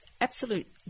absolute